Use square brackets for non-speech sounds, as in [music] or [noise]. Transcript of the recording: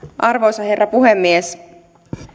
[unintelligible] arvoisa herra puhemies